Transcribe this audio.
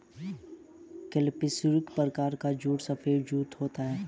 capsularis प्रकार का जूट सफेद जूट होता है